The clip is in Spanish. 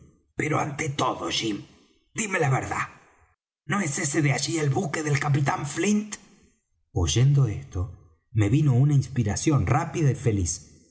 pero ante todo jim dime la verdad no es ese de allí el buque del capitán flint oyendo esto me vino una inspiración rápida y feliz